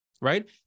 Right